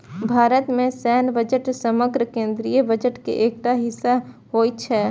भारत मे सैन्य बजट समग्र केंद्रीय बजट के एकटा हिस्सा होइ छै